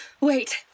Wait